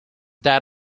that